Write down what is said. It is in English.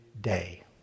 day